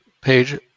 page